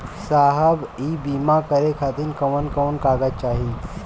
साहब इ बीमा करें खातिर कवन कवन कागज चाही?